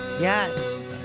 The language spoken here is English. yes